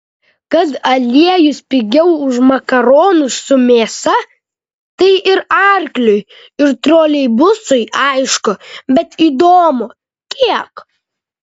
kad aliejus pigiau už makaronus su mėsa tai ir arkliui ir troleibusui aišku bet įdomu kiek